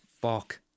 Fuck